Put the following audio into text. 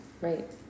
Right